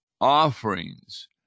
offerings